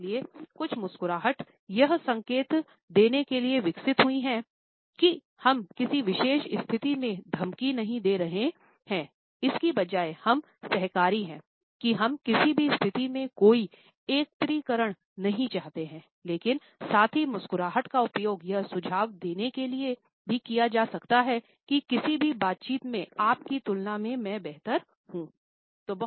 इसलिए कुछ मुस्कुराहट यह संकेत देने के लिए विकसित हुई है कि हम किसी विशेष स्थिति में धमकी नहीं दे रहे हैं इसकी बजाय हम सहकारी हैं कि हम किसी भी स्थिति में कोई एकत्रीकरण नहीं चाहते हैं लेकिन साथ ही मुस्कुराहट का उपयोग यह सुझाव देने के लिए भी किया जा सकता है कि "किसी भी बातचीत में आप की तुलना में मैं बेहतर हूं "